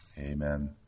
Amen